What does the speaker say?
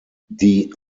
die